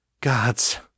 Gods